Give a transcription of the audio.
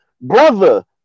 brother